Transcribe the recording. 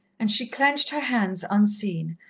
and she clenched her hands unseen,